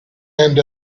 and